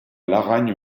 laragne